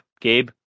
gabe